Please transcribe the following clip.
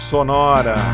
Sonora